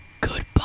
Goodbye